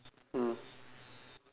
mm